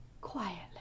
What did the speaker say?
Quietly